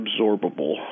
absorbable